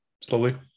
slowly